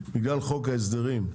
בגלל חוק ההסדרים.